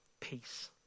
peace